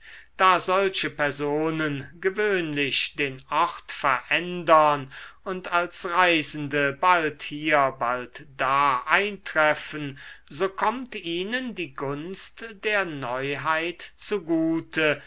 da solche personen gewöhnlich den ort verändern und als reisende bald hier bald da eintreffen so kommt ihnen die gunst der neuheit zugute